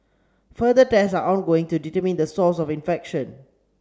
further tests are ongoing to determine the source of infection